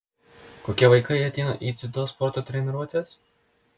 kokie vaikai ateina į dziudo sporto treniruotes